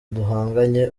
duhanganye